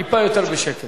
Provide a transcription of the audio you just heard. טיפה יותר בשקט.